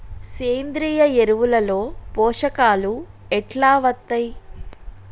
సేంద్రీయ ఎరువుల లో పోషకాలు ఎట్లా వత్తయ్?